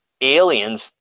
aliens